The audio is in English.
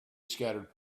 scattered